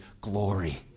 glory